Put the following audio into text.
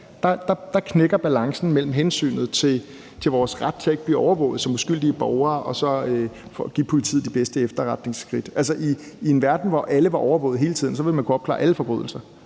her knækker balancen mellem hensynet til vores ret til ikke at blive overvåget som uskyldige borgere til at give politiet de bedste efterretningsskridt. I en verden, hvor alle var overvåget hele tiden, ville man kunne opklare alle forbrydelser.